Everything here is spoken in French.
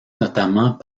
notamment